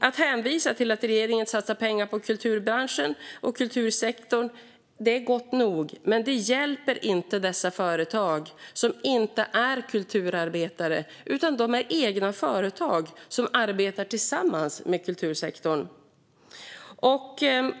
Att hänvisa till att regeringen satsar pengar på kulturbranschen och kultursektorn är gott nog, men det hjälper inte dessa företag; det är inte kulturarbetare utan egna företag som arbetar tillsammans med kultursektorn.